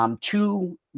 Two